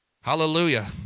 Hallelujah